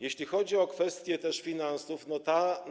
Jeśli chodzi o kwestię finansów, ta